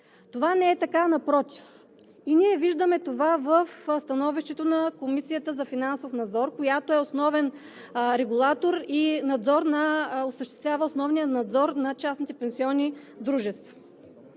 Това не е така, а напротив и виждаме това в становището на Комисията за финансов надзор, която е основен регулатор и осъществява основния надзор на частните пенсионни дружества.